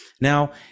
Now